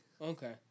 Okay